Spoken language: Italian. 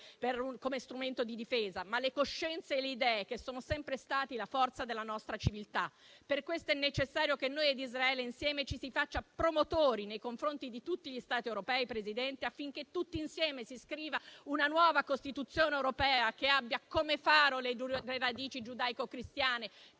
come strumento di difesa, ma le coscienze e le idee che sono sempre state la forza della nostra civiltà. Per questo è necessario che noi ed Israele insieme ci si faccia promotori nei confronti di tutti gli Stati europei, Presidente, affinché tutti insieme si scriva una nuova costituzione europea che abbia come faro le radici giudaico-cristiane,